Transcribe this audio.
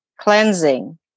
cleansing